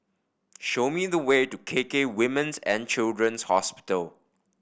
show me the way to K K Women's And Children's Hospital